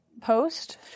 post